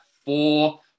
four